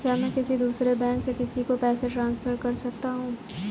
क्या मैं किसी दूसरे बैंक से किसी को पैसे ट्रांसफर कर सकता हूँ?